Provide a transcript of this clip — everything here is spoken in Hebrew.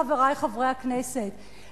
חברי חברי הכנסת,